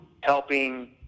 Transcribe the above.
helping